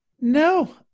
No